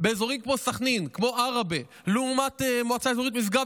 באזורים כמו סח'נין ועראבה לעומת מועצה אזורית משגב,